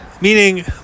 Meaning